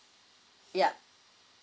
yup